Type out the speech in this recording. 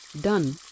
done